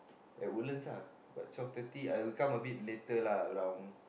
at Woodlands ah but twelve thirty I will come a bit later lah around